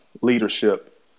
leadership